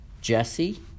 Jesse